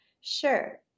Sure